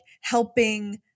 helping